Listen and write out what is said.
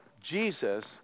Jesus